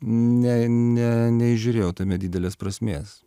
ne ne neįžiūrėjau tame didelės prasmės